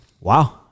Wow